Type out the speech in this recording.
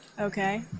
Okay